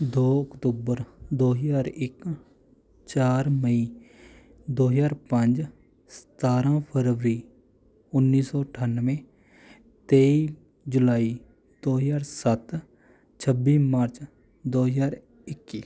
ਦੋ ਅਕਤੂਬਰ ਦੋ ਹਜ਼ਾਰ ਇੱਕ ਚਾਰ ਮਈ ਦੋ ਹਜ਼ਾਰ ਪੰਜ ਸਤਾਰਾਂ ਫਰਵਰੀ ਉੱਨੀ ਸੌ ਅਠਾਨਵੇਂ ਤੇਈ ਜੁਲਾਈ ਦੋ ਹਜ਼ਾਰ ਸੱਤ ਛੱਬੀ ਮਾਰਚ ਦੋ ਹਜ਼ਾਰ ਇੱਕੀ